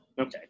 okay